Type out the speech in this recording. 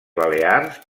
balears